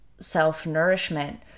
self-nourishment